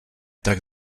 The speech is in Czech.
tak